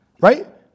right